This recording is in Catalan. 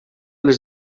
les